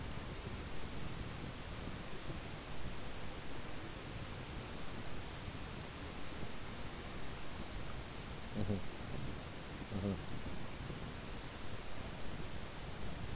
mmhmm mmhmm